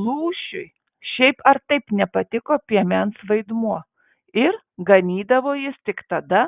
lūšiui šiaip ar taip nepatiko piemens vaidmuo ir ganydavo jis tik tada